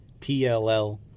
PLL